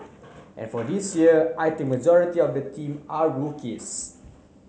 and for this year I think majority of the team are rookies